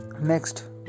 Next